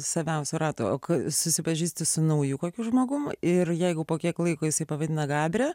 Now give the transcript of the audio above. saviausio rato o kai susipažįsti su nauju kokiu žmogumi ir jeigu po kiek laiko jisai pavadina gabre